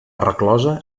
resclosa